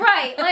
Right